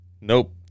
Nope